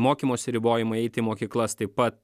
mokymosi ribojimai eiti į mokyklas taip pat